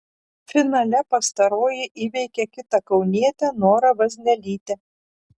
finale pastaroji įveikė kitą kaunietę norą vaznelytę